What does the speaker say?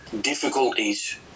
difficulties